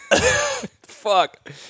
Fuck